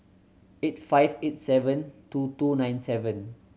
eight five eight seven two two nine seven